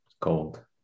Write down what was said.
cold